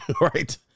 right